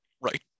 Right